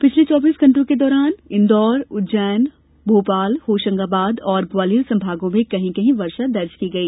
पिछले चौबीस घंटों के दौरान इंदौर उज्जैन भोपाल होशंगाबाद और ग्वालियर संभागों में कहीं कहीं वर्षा दर्ज की गई